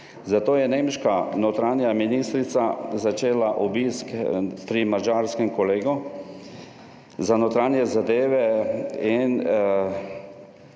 Zato je nemška notranja ministrica začela obisk pri madžarskem kolegu za notranje zadeve in